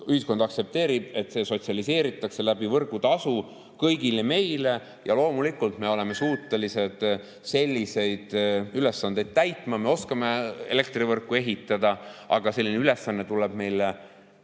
ühiskond aktsepteerib, et see sotsialiseeritakse läbi võrgutasu kõigile meile. Loomulikult me oleme suutelised selliseid ülesandeid täitma, me oskame elektrivõrku ehitada. Aga selline ülesanne tuleb meile väga